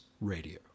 Radio